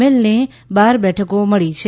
L ને બાર બેઠકો મળી છે